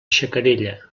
xacarella